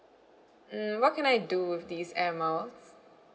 mm what can I do with these Air Miles